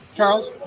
Charles